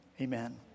amen